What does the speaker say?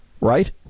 right